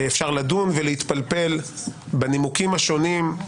אפשר לדון ולהתפלפל בנימוקים השונים,